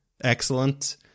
excellent